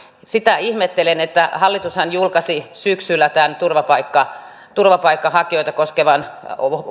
sitä ihmettelen että hallitushan julkaisi syksyllä tämän turvapaikanhakijoita koskevan